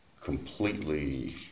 completely